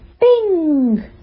Bing